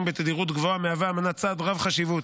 בתדירות גבוהה מהווה האמנה צעד רב-חשיבות